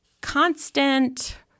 constant